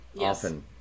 often